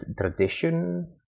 tradition